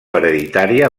hereditària